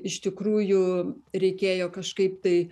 iš tikrųjų reikėjo kažkaip tai